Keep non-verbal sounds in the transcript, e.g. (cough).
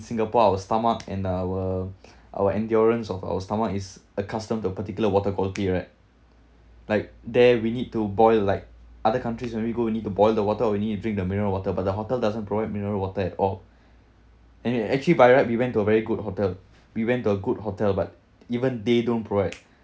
singapore our stomach and our (breath) our endurance of our stomach is accustomed to a particular water quality right like there we need to boil like other countries when we go we need to boil the water only you drink the mineral water but the hotel doesn't provide mineral water at all and act~ actually by right we went to a very good hotel we went to a good hotel but even they don't provide